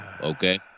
Okay